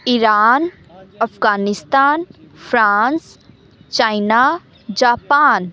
Iran Afghanistan France China Japan